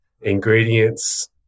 ingredients